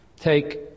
take